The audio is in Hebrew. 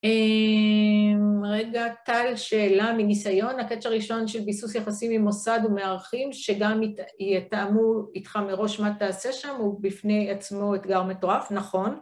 רגע, טל, שאלה מניסיון, הקצ' הראשון של ביסוס יחסים עם מוסד ומארחים, שגם יתאמו איתך מראש מה תעשה שם, הוא בפני עצמו אתגר מטורף, נכון?